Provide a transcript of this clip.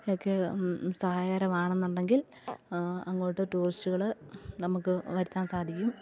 ഒക്കെ സഹായകരമാണെന്നുണ്ടെങ്കിൽ അങ്ങോട്ട് ടൂറിസ്റ്റുകളെ നമുക്ക് വരുത്താൻ സാധിക്കും